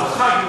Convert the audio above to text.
בהחלט,